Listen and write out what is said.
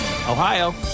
Ohio